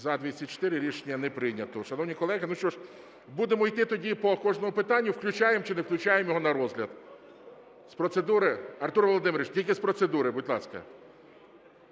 За-204 Рішення не прийнято. Шановні колеги, ну, що ж, будемо йти тоді по кожному питанню, включаємо чи не включаємо його на розгляд. З процедури? Артуре Володимировичу, тільки з процедури, будь ласка.